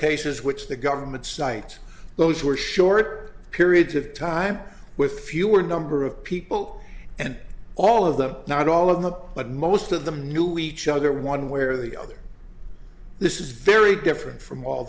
cases which the government cite those were shorter periods of time with fewer number of people and all of them not all of them but most of them knew each other one where the other this is very different from all